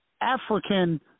African